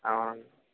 అవునండి